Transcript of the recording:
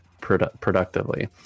productively